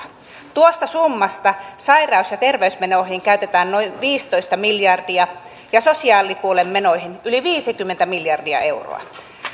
tuosta summasta sairaus ja terveysmenoihin käytetään noin viisitoista miljardia ja sosiaalipuolen menoihin yli viisikymmentä miljardia euroa